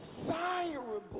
desirable